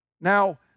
Now